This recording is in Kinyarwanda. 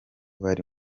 bari